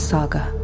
Saga